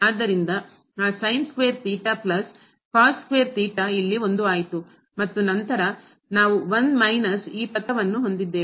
ಆದ್ದರಿಂದ ಆ sin square theta plus cos square theta ಇಲ್ಲಿ 1 ಆಯಿತು ಮತ್ತು ನಂತರ ನಾವು 1 ಮೈನಸ್ ಈ ಪದವನ್ನು ಹೊಂದಿದ್ದೇವೆ